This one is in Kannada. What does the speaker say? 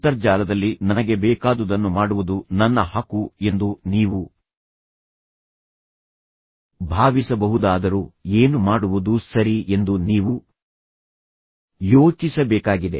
ಅಂತರ್ಜಾಲದಲ್ಲಿ ನನಗೆ ಬೇಕಾದುದನ್ನು ಮಾಡುವುದು ನನ್ನ ಹಕ್ಕು ಎಂದು ನೀವು ಭಾವಿಸಬಹುದಾದರೂ ಏನು ಮಾಡುವುದು ಸರಿ ಎಂದು ನೀವು ಯೋಚಿಸಬೇಕಾಗಿದೆ